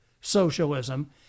socialism